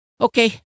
Okay